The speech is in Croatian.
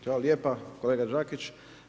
Hvala lijepa kolega Đakić.